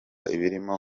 birimo